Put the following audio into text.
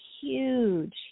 huge